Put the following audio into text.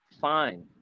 fine